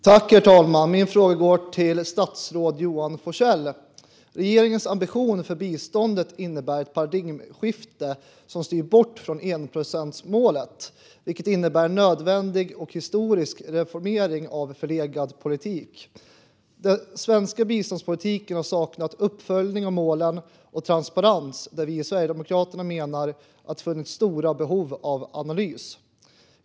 Herr talman! Min fråga går till statsrådet Johan Forssell. Regeringens ambition för biståndet innebär ett paradigmskifte som styr bort från enprocentsmålet, vilket innebär en nödvändig och historisk reformering av en förlegad politik. Den svenska biståndspolitiken har saknat uppföljning av målen och transparens. Vi i Sverigedemokraterna menar att det har funnits stora behov av analys.